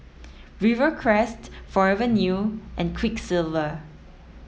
Rivercrest Forever New and Quiksilver